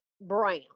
Brown